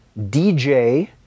DJ